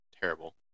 terrible